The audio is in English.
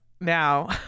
now